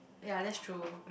ya that's true